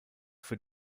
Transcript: für